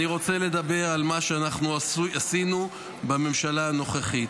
אני רוצה לדבר על מה שאנחנו עשינו בממשלה הנוכחית.